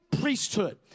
priesthood